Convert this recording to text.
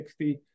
60